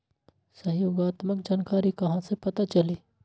सहयोगात्मक जानकारी कहा से पता चली?